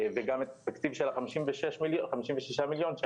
וגם את התקציב של ה-56 מיליון ₪,